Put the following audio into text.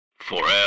Forever